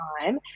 time